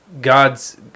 god's